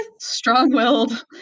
strong-willed